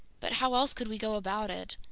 but how else could we go about it?